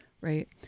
right